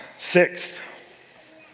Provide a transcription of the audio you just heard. Sixth